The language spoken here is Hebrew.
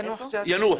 ביאנוח.